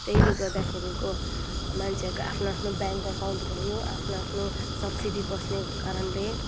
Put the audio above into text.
त्यसैले गर्दाखेरिको मान्छेहरूको आफ्नो आफ्नो ब्याङ्क अकाउन्ट भयो आफ्नो आफ्नो सब्सिडी पस्ने कारणले